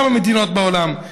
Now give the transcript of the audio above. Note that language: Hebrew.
בכמה מדינות בעולם,